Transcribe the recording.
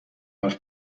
حرف